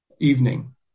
evening